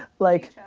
like,